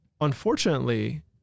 Unfortunately